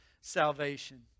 salvation